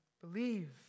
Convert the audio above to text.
Believe